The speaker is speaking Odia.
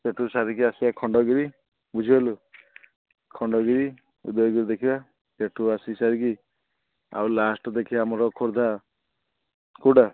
ସେଠୁ ସାରିକି ଆସିବା ଖଣ୍ଡଗିରି ବୁଝିପାରିଲୁ ଖଣ୍ଡଗିରି ଉଦୟଗିରି ଦେଖିବା ସେଠୁ ଆସି ସାରିକି ଆଉ ଲାଷ୍ଟ୍ କୁ ଦେଖିବା ଆମର ଖୋର୍ଦ୍ଧା କୋଉଟା